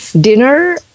dinner